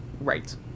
Right